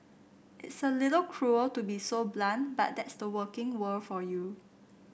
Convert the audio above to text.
it's a little cruel to be so blunt but that's the working world for you